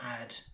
add